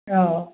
ꯑꯥꯎ